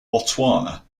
botswana